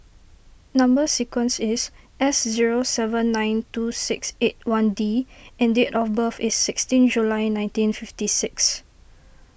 Number Sequence is S zero seven nine two six eight one D and date of birth is sixteen July nineteen fifty six